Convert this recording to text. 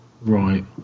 right